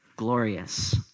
glorious